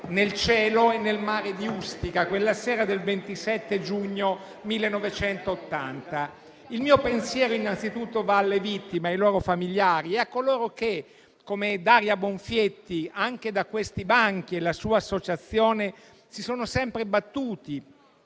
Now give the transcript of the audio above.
nel cielo e nel mare di Ustica quella sera del 27 giugno 1980. Il mio pensiero innanzitutto va alle vittime, ai loro familiari e a coloro che, come Daria Bonfietti, anche da questi banchi, insieme alla sua associazione, si è sempre battuta